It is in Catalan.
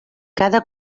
cada